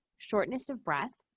shortness of breath,